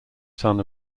son